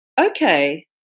Okay